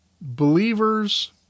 Believers